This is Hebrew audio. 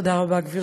תודה רבה, גברתי.